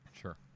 Sure